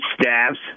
staffs